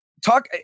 talk